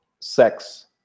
sex